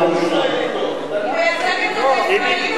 נא לשבת כשקוראים קריאות ביניים.